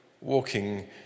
walking